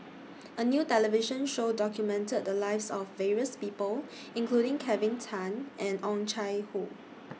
A New television Show documented The Lives of various People including Kelvin Tan and Oh Chai Hoo